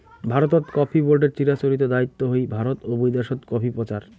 ভারতত কফি বোর্ডের চিরাচরিত দায়িত্ব হই ভারত ও বৈদ্যাশত কফি প্রচার